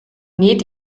näht